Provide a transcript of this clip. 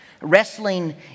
wrestling